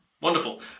Wonderful